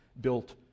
built